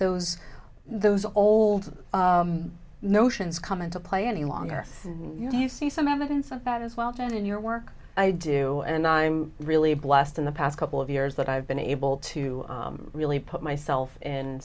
those those old notions come into play any longer do you see some evidence of that as well and in your work i do and i'm really blessed in the past couple of years that i've been able to really put myself in